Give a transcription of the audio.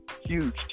huge